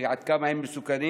ועד כמה הם מסוכנים.